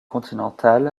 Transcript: continental